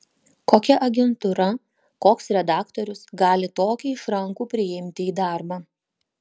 kokia agentūra koks redaktorius gali tokį išrankų priimti į darbą